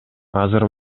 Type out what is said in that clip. азыр